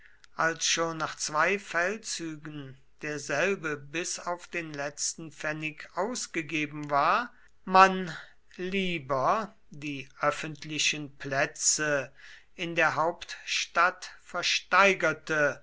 als schon nach zwei feldzügen derselbe bis auf den letzten pfennig ausgegeben war man lieber die öffentlichen plätze in der hauptstadt versteigerte